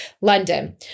London